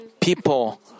people